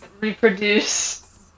reproduce